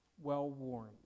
well-worn